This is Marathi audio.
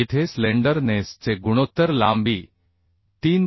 येथे स्लेंडर नेस चे गुणोत्तर लांबी 3